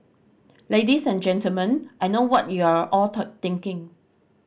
Ladies and Gentlemen I know what you're all thinking